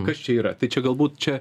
kas čia yra tai čia galbūt čia